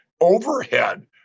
overhead